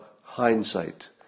hindsight